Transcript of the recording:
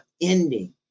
ending